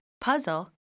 Puzzle